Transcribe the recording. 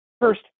First